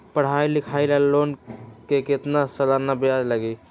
पढाई लिखाई ला लोन के कितना सालाना ब्याज लगी?